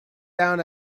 down